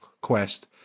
Quest